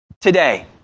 Today